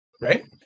right